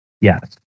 Yes